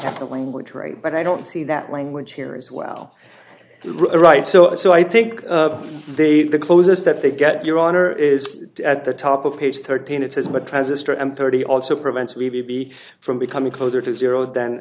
have the language right but i don't see that language here as well the right so and so i think the closest that they get your honor is at the top of page thirteen it says but transistor and thirty also prevents review b from becoming closer to zero then